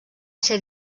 ser